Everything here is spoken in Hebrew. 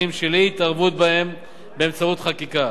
של אי-התערבות בהם באמצעות חקיקה.